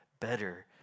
better